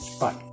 bye